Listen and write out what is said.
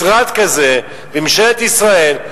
משרד כזה בממשלת ישראל,